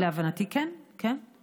להבנתי, כן, כן.